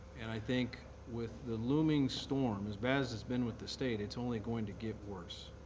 and i think with the looming storm, as bad as it's been with the state, it's only going to get worse.